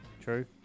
True